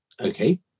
okay